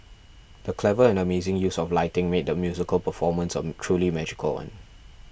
the clever and amazing use of lighting made the musical performance of truly magical one